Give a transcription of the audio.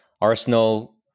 Arsenal